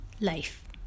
life